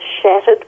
shattered